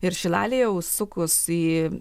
ir šilalėje užsukus į